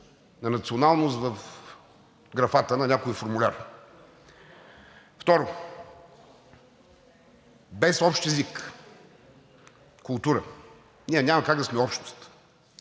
на националност в графата на някой формуляр. Второ, без общ език, култура ние няма как да сме общност,